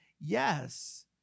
yes